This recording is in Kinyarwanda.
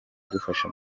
dufashe